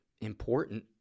important